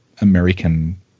American